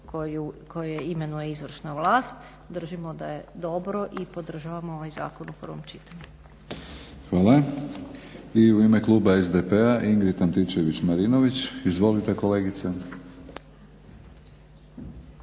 koje imenuje izvršna vlast. Držimo da je dobro i podržavamo ovaj zakon u prvom čitanju. **Batinić, Milorad (HNS)** Hvala. I u ime kluba SDP-a Ingrid Antičević-Marinović. Izvolite kolegice.